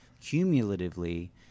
cumulatively